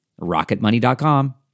Rocketmoney.com